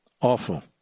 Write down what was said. Awful